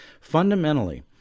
Fundamentally